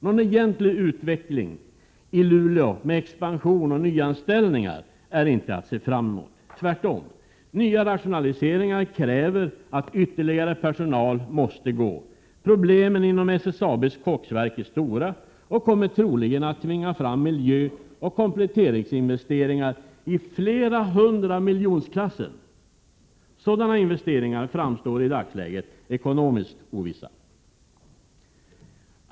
Någon egentlig utveckling i Luleå med expansion och nyanställningar är inte att se fram emot, tvärtom. Nya rationaliseringar kräver att ytterligare personal måste gå. Problemen inom SSAB:s koksverk är stora och kommer troligen att tvinga fram miljöoch kompletteringsinvesteringar om flera hundra miljoner. Sådana investeringar framstår i dagsläget som ekonomiskt ovissa.